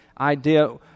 idea